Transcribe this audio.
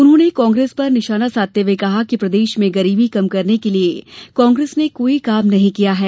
उन्होंने कांग्रेस पर निशाना साधते हुए कहा कि प्रदेश में गरीबी कम करने के लिये कांग्रेस ने कोई काम नहीं किया है